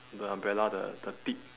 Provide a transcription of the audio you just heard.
the umbrella the the tip